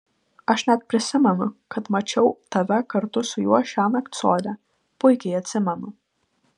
aš net prisimenu kad mačiau tave kartu su juo šiąnakt sode puikiai atsimenu